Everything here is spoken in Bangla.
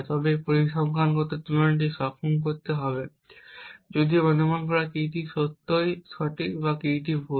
তবে এই পরিসংখ্যানগত তুলনাটি সনাক্ত করতে সক্ষম হবে যদি অনুমান করা কীটি সত্যই সঠিক বা কীটি ভুল